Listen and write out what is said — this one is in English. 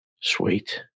Sweet